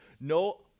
no